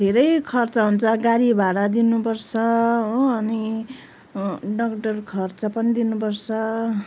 धेरै खर्च हुन्छ गाडी भाडा दिनु पर्छ हो अनि डक्टर खर्च पनि दिनु पर्छ